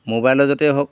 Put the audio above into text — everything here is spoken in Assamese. মোবাইলৰ জড়িয়তেই হওক